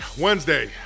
Wednesday